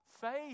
Faith